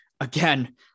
again